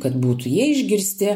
kad būtų jie išgirsti